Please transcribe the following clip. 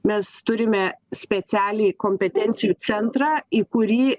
mes turime specialiai kompetencijų centrą į kurį